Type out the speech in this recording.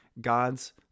God's